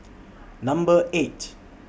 Number eight